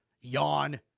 Yawn